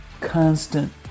constant